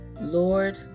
Lord